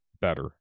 better